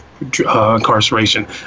incarceration